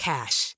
Cash